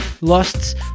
lost